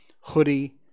hoodie